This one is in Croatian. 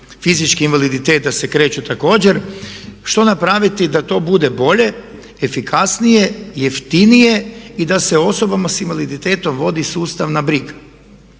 fizički invaliditet da se kreću također. Što napraviti da to bude bolje, efikasnije, jeftinije i da se osobama sa invaliditetom vodi sustavna briga.